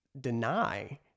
deny